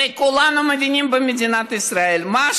הרי כולנו במדינת ישראל מבינים.